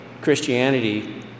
Christianity